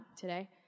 today